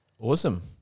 awesome